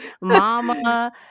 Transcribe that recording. mama